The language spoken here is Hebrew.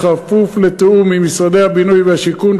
לתיאום עם משרדי הבינוי והשיכון,